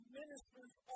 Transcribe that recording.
ministers